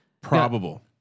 Probable